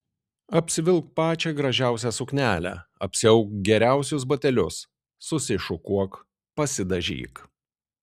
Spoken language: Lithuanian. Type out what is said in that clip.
apsivilk pačią gražiausią suknelę apsiauk geriausius batelius susišukuok pasidažyk